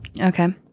Okay